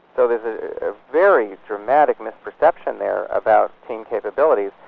sort of a very dramatic misperception there about teen capabilities.